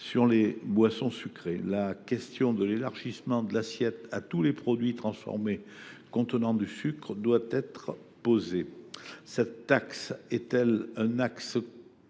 sur les boissons sucrées. La question de l’élargissement de l’assiette à tous les produits transformés contenant du sucre doit également être posée. Cette taxe est elle toujours